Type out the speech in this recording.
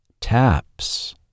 Taps